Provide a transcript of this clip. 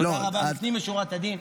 תודה רבה, לפנים משורת הדין.